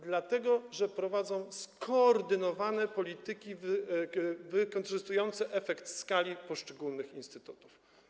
Dlatego że prowadzą one skoordynowane polityki wykorzystujące efekt skali poszczególnych instytutów.